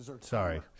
Sorry